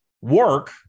work